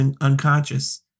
unconscious